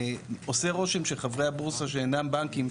עושה רושם שחברי הבורסה שאינם בנקים,